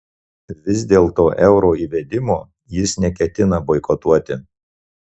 vis dėlto euro įvedimo jis neketina boikotuoti